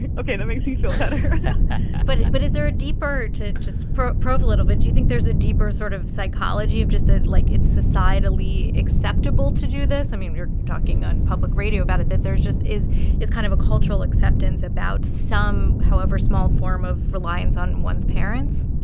and ok, that makes me feel better but but is there a deeper to just probe probe a little bit do you think there's a deeper sort of psychology of just that, like, it's societally acceptable to do this? i mean, you're talking on public radio about it, that there just is is kind of a cultural acceptance about some, however small, form of reliance on one's parents